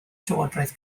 llywodraeth